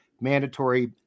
mandatory